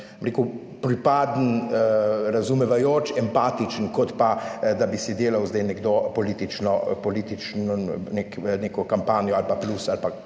pripaden, razumevajoč, empatičen, kot pa da bi si delal zdaj nekdo politično neko kampanjo ali pa plus ali pa